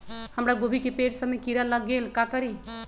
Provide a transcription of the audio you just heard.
हमरा गोभी के पेड़ सब में किरा लग गेल का करी?